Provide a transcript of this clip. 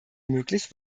möglich